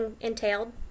entailed